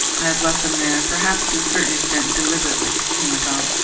i have left them there, perhaps, to a certain extent deliberately, he went on.